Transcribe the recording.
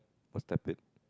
what's tablet